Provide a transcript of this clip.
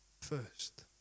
first